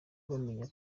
bamenya